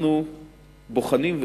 אנחנו בוחנים,